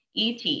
ET